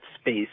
space